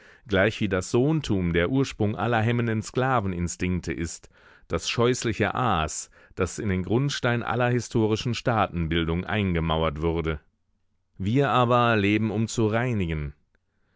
gleichwie das sohntum der ursprung aller hemmenden sklaveninstinkte ist das scheußliche aas das in den grundstein aller historischen staatenbildung eingemauert wurde wir aber leben um zu reinigen